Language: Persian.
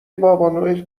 بابانوئل